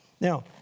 Now